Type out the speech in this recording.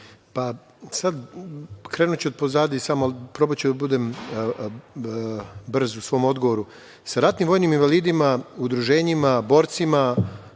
Krenuću otpozadi, ali probaću da budem brz u svom odgovoru. Sa ratnim vojnim invalidima, udruženjima, borcima,